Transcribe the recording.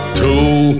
two